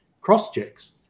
cross-checks